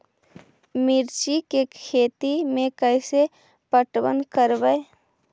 मिर्ची के खेति में कैसे पटवन करवय?